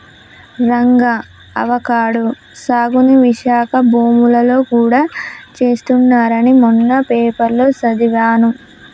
Ranga avocado సాగుని విశాఖ భూములలో గూడా చేస్తున్నారని మొన్న పేపర్లో సదివాను